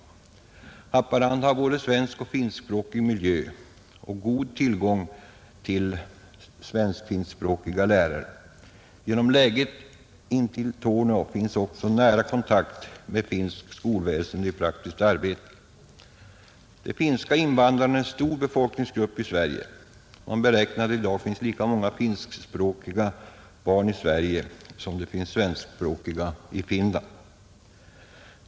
Haparanda har både svenskoch finskspråkig miljö och god tillgång till svensk-finskspråkiga lärare. Genom läget intill Torneå finns också en nära kontakt med finskt skolväsende i praktiskt arbete. De finska invandrarna är en stor befolkningsgrupp i Sverige; man beräknar att det i dag finns lika många finskspråkiga i Sverige som det finns svenskspråkiga i Finland.